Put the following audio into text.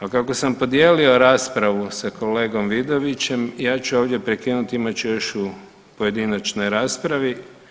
A kako sam podijelio raspravu sa kolegom Vidovićem ja ću ovdje prekinuti, imat ću još u pojedinačnoj raspravi.